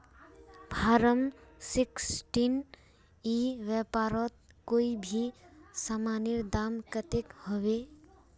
Form sixteen ई व्यापारोत कोई भी सामानेर दाम कतेक होबे?